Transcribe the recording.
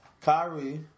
Kyrie